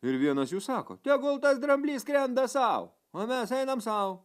ir vienas jų sako tegul tas dramblys skrenda sau o mes einam sau